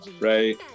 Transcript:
Right